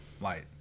light